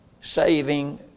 Saving